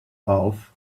half